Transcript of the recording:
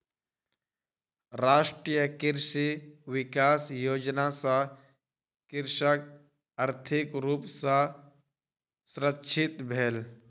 राष्ट्रीय कृषि विकास योजना सॅ कृषक आर्थिक रूप सॅ सुरक्षित भेल